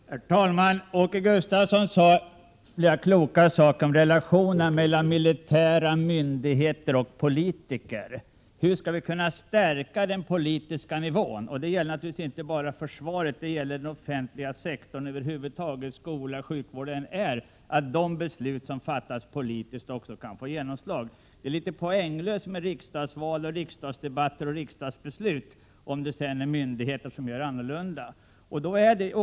Herr talman! Åke Gustavsson sade flera kloka saker om relationerna mellan militära myndigheter och politiker. Hur skall vi kunna stärka den politiska nivån — det gäller naturligtvis inte bara försvaret utan den offentliga sektorn över huvud taget: skola, sjukvård, ja, vad det än är — så att de beslut som fattas politiskt också får genomslag? Det är litet poänglöst med riksdagsval, riksdagsdebatter och riksdagsbeslut om myndigheterna sedan gör något annat än vad som har beslutats.